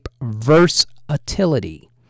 Versatility